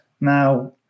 Now